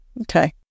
Okay